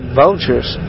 vultures